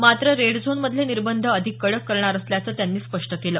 मात्र रेड झोनमधील निर्बंध अधिक कडक करणार असल्याचं त्यांनी स्पष्ट केलं